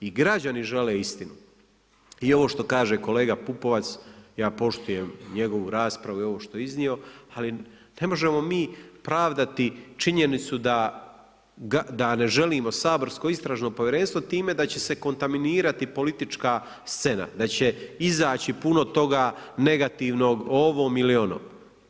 I građani žele istinu i ovo što kaže kolega Pupovac, ja poštujem njegovu raspravu i ovo što je iznio, ali ne možemo mi pravdati činjenicu da ne želimo saborsko istražno povjerenstvo time da će se kontaminirati politička scena, da će izaći puno toga negativnog o ovom ili onom.